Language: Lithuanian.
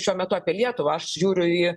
šiuo metu apie lietuvą aš žiūriu į